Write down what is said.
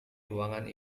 ruangan